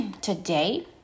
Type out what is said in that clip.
today